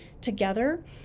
together